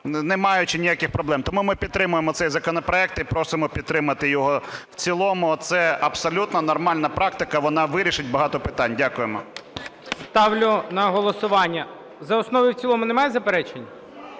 не маючи ніяких проблем. Тому ми підтримуємо цей законопроект і просимо підтримати його в цілому. Це абсолютно нормальна практика, вона вирішить багато питань. Дякуємо. ГОЛОВУЮЧИЙ. Ставлю на голосування... За основу і в цілому немає заперечень?